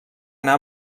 anar